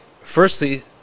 firstly